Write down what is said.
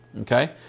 Okay